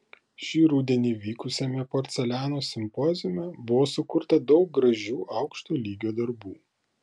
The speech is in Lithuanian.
šį rudenį vykusiame porceliano simpoziume buvo sukurta daug gražių aukšto lygio darbų